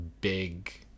big